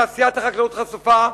תעשיית החקלאות חשופה,